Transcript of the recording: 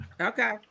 Okay